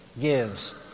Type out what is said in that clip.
gives